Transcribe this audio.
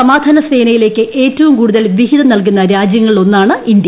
സമാധാന സ്റ്റ്ന്യിലേയ്ക്ക് ഏറ്റവുംകൂടുതൽ വിഹിതം നൽകുന്ന രാജ്യങ്ങളില്പൊന്ന്ാണ് ഇന്ത്യ